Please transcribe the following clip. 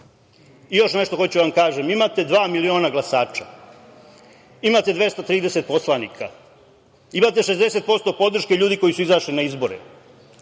nešto hoću da vam kažem, imate dva miliona glasača, imate 230 poslanika, imate 60% podrške ljudi koji su izašli na izbore.